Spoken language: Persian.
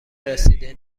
رسیده